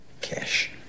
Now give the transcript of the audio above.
Cash